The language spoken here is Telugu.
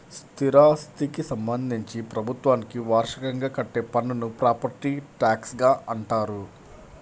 స్థిరాస్థికి సంబంధించి ప్రభుత్వానికి వార్షికంగా కట్టే పన్నును ప్రాపర్టీ ట్యాక్స్గా అంటారు